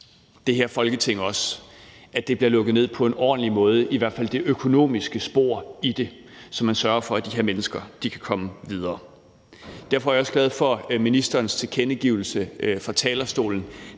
det her Folketing også, at det bliver lukket ned på en ordentlig måde, i hvert fald det økonomiske spor i det, så man sørger for, at de her mennesker kan komme videre. Derfor er jeg også glad for ministerens tilkendegivelse fra talerstolen,